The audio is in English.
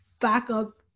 backup